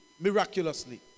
miraculously